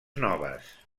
noves